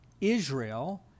Israel